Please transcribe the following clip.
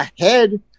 ahead